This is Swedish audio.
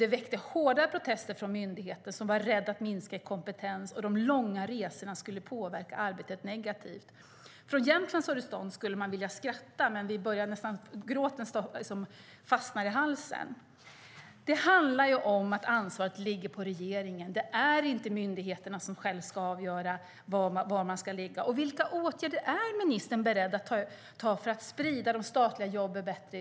Det väckte hårde protester från myndigheten som var rädd att minskad kompetens och de långa resorna skulle påverka arbetet negativt. Från Jämtlands horisont skulle man vilja skratta, men skrattet fastnar i halsen och vi börjar nästan gråta. Det handlar om att ansvaret ligger på regeringen. Det är inte myndigheterna som själva ska avgöra var de ska ligga. Vilka åtgärder är ministern beredd att vidta för att sprida de statliga jobben bättre?